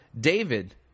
David